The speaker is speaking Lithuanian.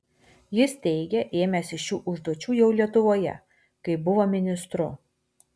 jis teigė ėmęsis šių užduočių jau lietuvoje kai buvo ministru